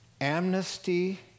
Amnesty